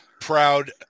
proud